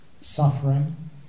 suffering